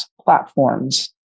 platforms